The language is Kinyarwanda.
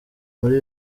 muri